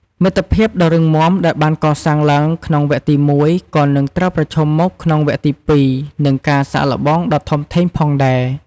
មិត្តភាពដ៏រឹងមាំដែលបានកសាងឡើងក្នុងវគ្គទី១ ក៏នឹងត្រូវប្រឈមមុខក្នុងវគ្គទី២នឹង ការសាកល្បងដ៏ធំធេងផងដែរ។